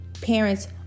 parents